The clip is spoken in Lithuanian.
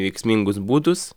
veiksmingus būdus